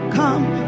come